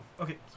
okay